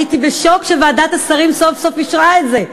הייתי בשוק שוועדת השרים סוף-סוף אישרה את זה.